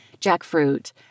Jackfruit